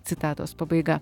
citatos pabaiga